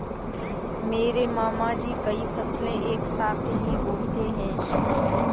मेरे मामा जी कई फसलें एक साथ ही बोते है